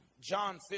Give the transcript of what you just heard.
John